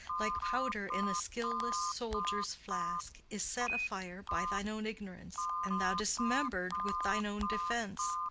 like powder in a skilless soldier's flask, is set afire by thine own ignorance, and thou dismemb'red with thine own defence.